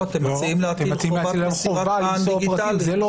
לא, אתם מציעים להטיל חובת מסירת מען דיגיטלית.